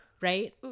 Right